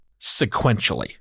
sequentially